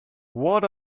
what